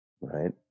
right